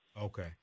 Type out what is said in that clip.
Okay